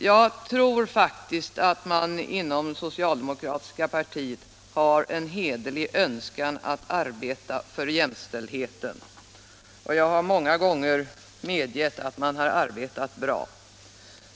Jag tror faktiskt att man inom det socialdemokratiska partiet har en hederlig önskan att arbeta för jämställdheten, och jag har många gånger medgivit att man har arbetat bra.